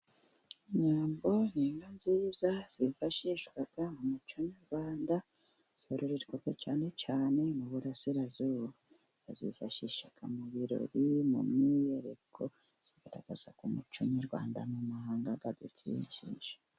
Inyambo ni inka nziza, zifashishwaga mu muco nyarwanda, zororerwa cyane cyane mu burasirazuba zifashisha mu birori, mu myiyereko, zigaragaza umuco nyarwanda mu mahanga adukikije.